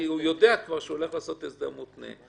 כי הוא כבר יודע שהוא הולך לעשות הסדר מותנה.